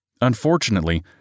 Unfortunately